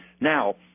Now